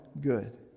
good